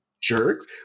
jerks